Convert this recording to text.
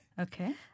Okay